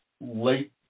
late